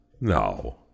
No